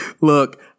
Look